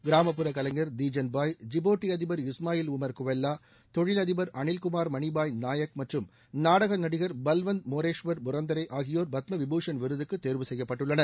கிராமப்புற கலைஞர் தீஜன்பாய் ஜிபோட்டி அதிபர் இஸ்மாயில் உமர் குவெல்லா தொழிலதிபர் அணில்குமார் மணிபாய் நாயக் மற்றும் நாடக நடிகர் பல்வந்த் மோரேஷ்வர் புரந்தரே ஆகியோர் பத்ம விபூஷன் விருதுக்கு தேர்வு செய்யப்பட்டுள்ளனர்